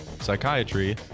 psychiatry